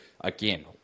again